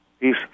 peace